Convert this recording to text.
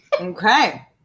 Okay